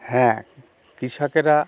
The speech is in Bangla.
হ্যাঁ কৃষকেরা